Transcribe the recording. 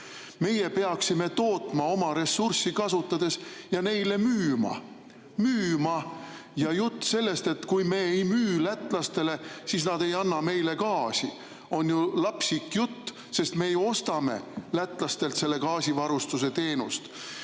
Meie peaksime tootma oma ressurssi kasutades ja neile müüma. Müüma! Jutt sellest, et kui me ei müü lätlastele, siis nad ei anna meile gaasi, on ju lapsik, sest me ju ostame lätlastelt gaasivarustuse teenust.